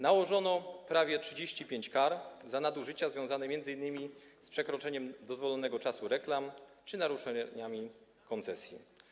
Nałożono prawie 35 kar za nadużycia związane m.in. z przekroczeniem dozwolonego czasu reklam czy naruszeniami koncesji.